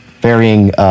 varying